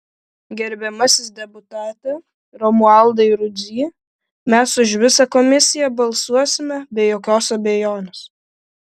gerbiamasis deputate romualdai rudzy mes už visą komisiją balsuosime be jokios abejonės